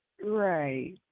right